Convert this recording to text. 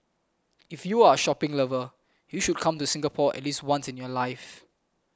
if you are a shopping lover you should come to Singapore at least once in your life